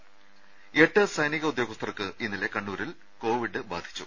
രുമ എട്ട് സൈനിക ഉദ്യോഗസ്ഥർക്ക് ഇന്നലെ കണ്ണൂരിൽ കോവിഡ് ബാധിച്ചു